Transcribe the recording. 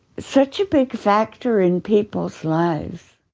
such a big factor in people's lives